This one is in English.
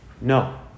No